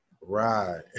Right